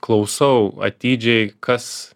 klausau atidžiai kas